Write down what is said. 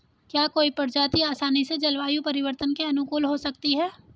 क्या कोई प्रजाति आसानी से जलवायु परिवर्तन के अनुकूल हो सकती है?